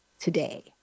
today